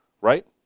Right